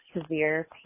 severe